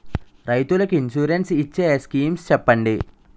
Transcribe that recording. రైతులు కి ఇన్సురెన్స్ ఇచ్చే స్కీమ్స్ చెప్పండి?